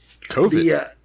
COVID